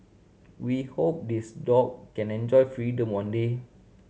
we hope this dog can enjoy freedom one day